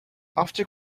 after